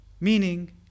Meaning